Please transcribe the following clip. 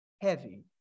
heavy